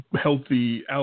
Healthy